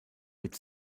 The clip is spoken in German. mit